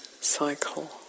cycle